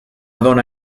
dona